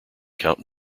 count